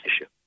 issue